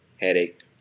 headache